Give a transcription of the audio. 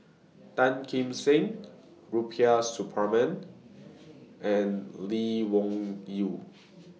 Tan Kim Seng Rubiah Suparman and Lee Wung Yew